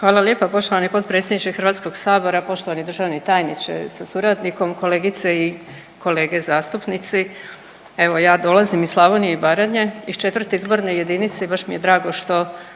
Hvala lijepa. Poštovani potpredsjedniče HS-a, poštovani državni tajniče sa suradnikom, kolegice i kolege zastupnici. Evo ja dolazim iz Slavonije i Baranje iz 4. izborne jedinice i baš mi je drago što